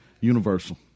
universal